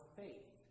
faith